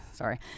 Sorry